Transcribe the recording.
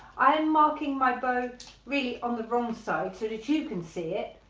i am marking my bow really on the wrong side so that you can see it,